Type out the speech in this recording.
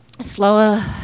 slower